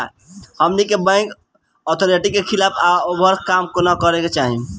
हमनी के bank authority के खिलाफ या ओभर काम न करे के चाही